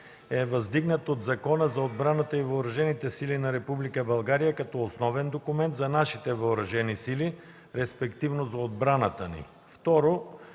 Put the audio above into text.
е въздигнат от Закона за отбраната на въоръжените сили на Република България като основен документ за нашите въоръжени сили, респективно за отбраната ни.